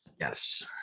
Yes